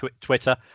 Twitter